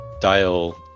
dial